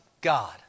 God